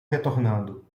retornando